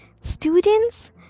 students